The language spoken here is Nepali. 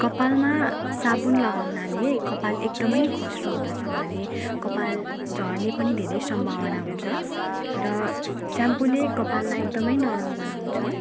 कपालमा साबुन लगाउनाले कपाल एकदमै खस्रो हुँदछ भने कपाल झर्ने पनि धेरै सम्भावना हुन्छ र सेम्पूले कपाललाई एकदमै नरम बनाउँछ